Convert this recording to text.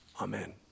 Amen